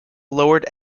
lowered